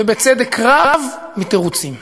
ובצדק רב, מתירוצים.